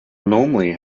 normally